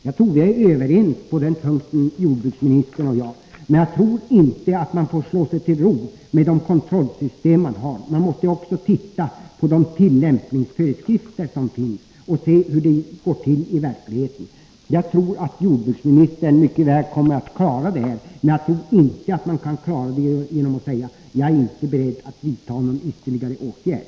Jag tror jordbruksministern och jag är överens på den punkten, men jag tror inte man får slå sig till ro med de kontrollsystem man har — man måste också se över de tillämpningsföreskrifter som finns och se efter hur det går till i verkligheten. Jag tror att jordbruksministern mycket väl kan klara det, men jag tror inte det går att klara det genom att säga: Jag är inte beredd att vidta någon ytterligare åtgärd.